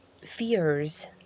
fears